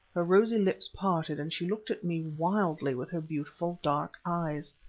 her rosy lips parted, and she looked at me wildly with her beautiful dark eyes.